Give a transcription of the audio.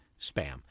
spam